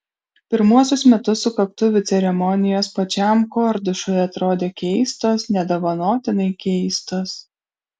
pirmuosius metus sukaktuvių ceremonijos pačiam kordušui atrodė keistos nedovanotinai keistos